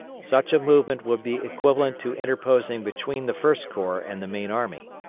such a movement would be equivalent to interposing between the first corps and the main army.